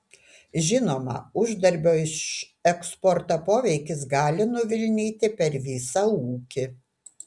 žinoma uždarbio iš eksporto poveikis gali nuvilnyti per visą ūkį